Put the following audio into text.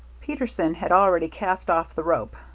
peterson had already cast off the rope,